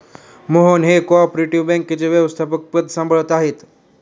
मोहन हे cooperative बँकेचे व्यवस्थापकपद सांभाळत आहेत